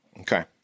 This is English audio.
okay